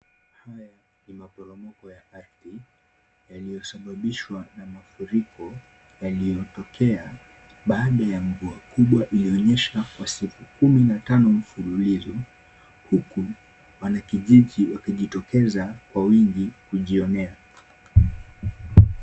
Haya ni maporomoko ya ardhi, yaliyosababishwa na mafuriko, yaliyotokea baada ya mvua kubwa iliyonyesha kwa siku kumi na tano mfululizo, huku wanakijiji wakijitokeza kwa wingi kujionea.